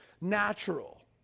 natural